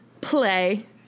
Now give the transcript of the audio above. play